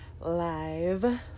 live